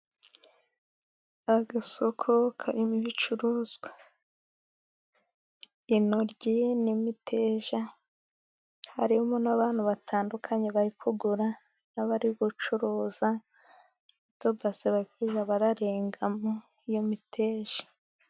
Agasoko karimo ibicuruzwa intoryi n'imiteja harimo n'abantu batandukanye bari kugura n'abari gucuruza n'utubase bari kujya bararengamo iyo miteja.